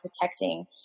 protecting